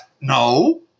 No